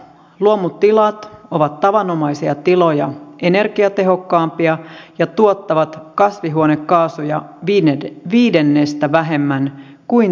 luomutilat ovat tavanomaisia tiloja energiatehokkaampia ja tuottavat kasvihuonekaasuja viidenneksen vähemmän kuin tavalliset tilat